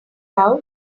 out